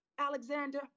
Alexander